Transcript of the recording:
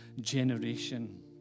generation